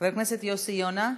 חבר הכנסת יוסי יונה,